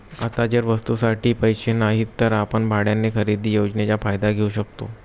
आता जर वस्तूंसाठी पैसे नाहीत तर आपण भाड्याने खरेदी योजनेचा फायदा घेऊ शकता